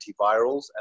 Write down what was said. antivirals